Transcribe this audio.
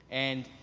and,